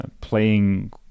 playing